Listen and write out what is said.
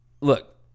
look